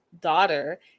daughter